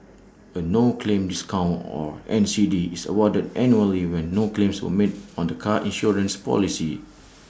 A no claim discount or N C D is awarded annually when no claims were made on the car insurance policy